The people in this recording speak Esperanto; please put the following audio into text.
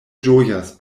ĝojas